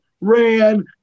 ran